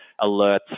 alerts